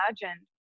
imagined